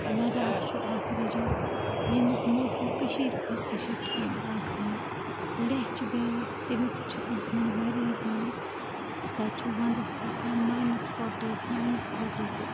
لَداخ چھُ اَکھ رِجَن ییٚمیُک موسَم کٔشیٖرِ کھۄتہٕ تہِ چھِ ٹھنٛڈٕ آسان لیہہ چھُ بیٛاکھ تَمیُک چھُ آسان واریاہ زیادٕ تَتہِ چھُ وَندَس آسان ماینَس فوٚٹی ماینَس تھٔٹی تہِ